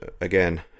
again